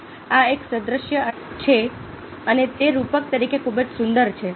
હવે આ એક સાદ્રશ્ય છે અને તે રૂપક તરીકે ખૂબ સુંદર છે